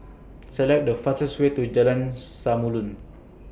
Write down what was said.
Select The fastest Way to Jalan Samulun